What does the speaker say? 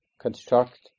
construct